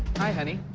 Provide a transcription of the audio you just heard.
hi honey.